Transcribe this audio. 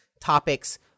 topics